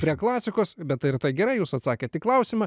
prie klasikos bet ir tai gerai jūs atsakėt į klausimą